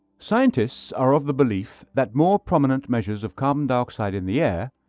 scientists are of the belief that more prominent measures of carbon dioxide in the air,